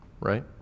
right